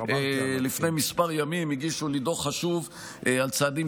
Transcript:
לפני כמה ימים הגישו לי דוח חשוב על צעדים,